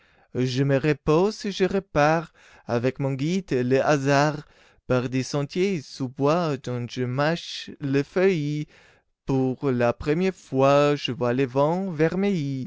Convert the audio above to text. je me repose et je repars avec mon guide le hasard par des sentiers sous bois dont je mâche les feuilles pour la première fois je vois les vents